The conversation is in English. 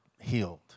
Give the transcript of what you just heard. healed